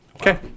Okay